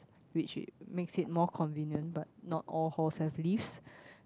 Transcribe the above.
which it makes it more convenient but not all halls have lifts